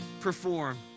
perform